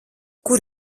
kur